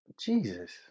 Jesus